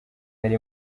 yari